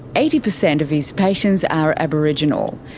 eighty percent of his patients are aboriginal.